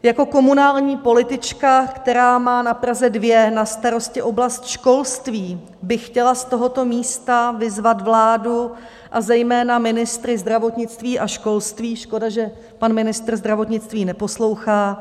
Jako komunální politička, která má na Praze 2 na starosti oblast školství, bych chtěla z tohoto místa vyzvat vládu a zejména ministry zdravotnictví a školství škoda, že pan ministr zdravotnictví neposlouchá...